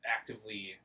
actively